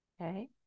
Okay